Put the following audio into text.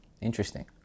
Interesting